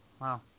Wow